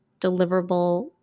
deliverable